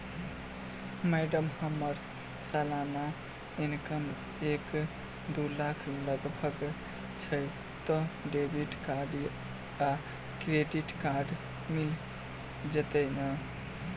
Madam हम्मर सलाना income एक दु लाख लगभग छैय तऽ डेबिट कार्ड आ क्रेडिट कार्ड मिल जतैई नै?